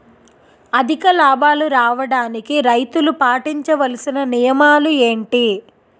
అధిక లాభాలు రావడానికి రైతులు పాటించవలిసిన నియమాలు ఏంటి